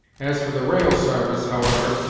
as for the ra'al sarvice, however,